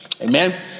Amen